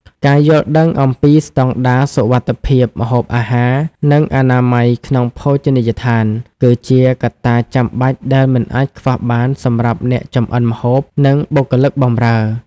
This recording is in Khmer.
ការយល់ដឹងអំពីស្តង់ដារសុវត្ថិភាពម្ហូបអាហារ និងអនាម័យក្នុងភោជនីយដ្ឋាន គឺជាកត្តាចាំបាច់ដែលមិនអាចខ្វះបានសម្រាប់អ្នកចម្អិនម្ហូប និងបុគ្គលិកបម្រើ។